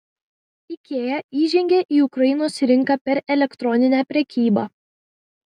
ikea įžengė į ukrainos rinką per elektroninę prekybą